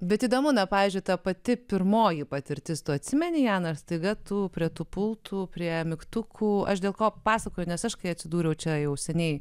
bet įdomu na pavyzdžiui ta pati pirmoji patirtis tu atsimeni joną ir staiga tu prie tų pultų prie mygtukų aš dėl ko pasakojo nes aš kai atsidūriau čia jau seniai